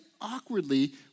awkwardly